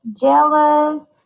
Jealous